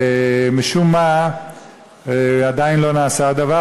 ומשום מה עדיין לא נעשה הדבר,